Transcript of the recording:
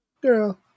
girl